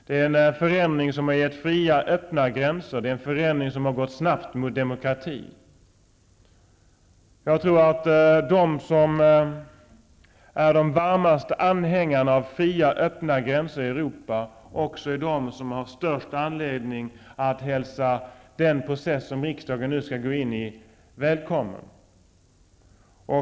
Det är en förändring som har givit öppna gränser och som har gått snabbt mot demokrati. Jag tror att de som är de varmaste anhängarna av öppna gränser i Europa också är de som har störst anledning att hälsa den process som riksdagen nu skall gå in i välkommen.